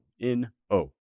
N-O